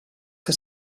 que